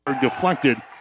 deflected